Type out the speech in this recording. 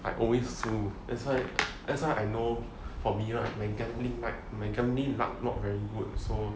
I always 输 so that's why that's why I know for me right my gambling luck not very good so